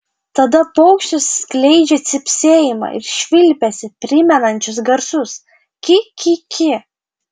tada paukštis skleidžia cypsėjimą ir švilpesį primenančius garsus ki ki ki